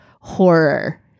horror